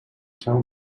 tell